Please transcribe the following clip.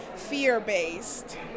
fear-based